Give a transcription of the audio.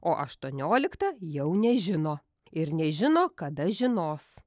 o aštuonioliktą jau nežino ir nežino kada žinos